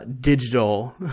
digital